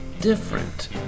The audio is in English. different